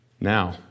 Now